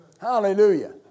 Hallelujah